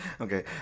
okay